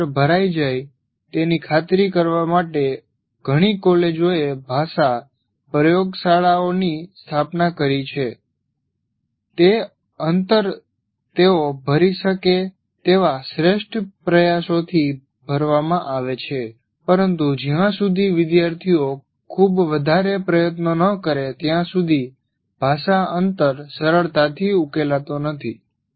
આ અંતર ભરાય જાય તેની ખાતરી કરવા માટે ઘણી કોલેજોએ ભાષા પ્રયોગશાળાઓની સ્થાપના કરી છે તે અંતર તેઓ ભરી શકે તેવા શ્રેષ્ઠ પ્રયાસોથી ભરવામાં આવે છે પરંતુ જ્યાં સુધી વિદ્યાર્થીઓ ખુબ વધારે પ્રયત્નો ન કરે ત્યાં સુધી ભાષા અંતર સરળતાથી ઉકેલાતો નથી